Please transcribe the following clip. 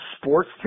sports